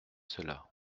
cela